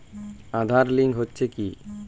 Aadhaar link হচ্ছে কি?